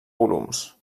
volums